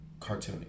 cartoony